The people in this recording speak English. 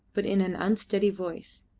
but in an unsteady voice,